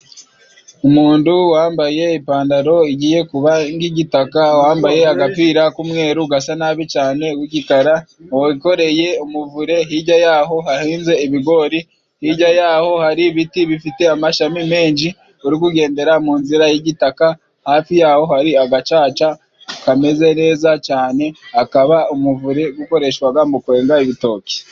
Umundu wambaye ipandaro igiye kuba ng'igitaka, wambaye agapira k'umweru gasa nabi cyane wikoreye umuvure. Hirya yaho hahinze ibigori, hirya yaho hari ibiti bifite amashami menshi uri kugendera mu nzira y'igitaka hafi yaho hari agacaca kameze neza cyane kaba umuvure ukoreshwaga mu kwenga ibitoki.